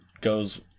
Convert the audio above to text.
goes